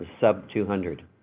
sub-200